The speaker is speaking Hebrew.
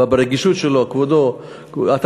ברגישות שלו, כבודו, אני פה.